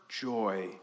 joy